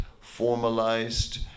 formalized